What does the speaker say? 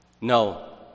No